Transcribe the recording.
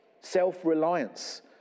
Self-reliance